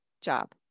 job